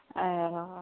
ಅಯ್ಯೋ